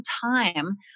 time